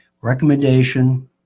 Recommendation